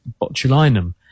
botulinum